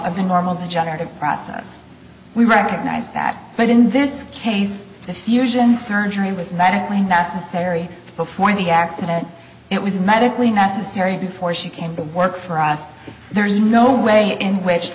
of the normal degenerative process we recognize that but in this case the fusion surgery was medically necessary before the accident it was medically necessary before she came to work for us there is no way in which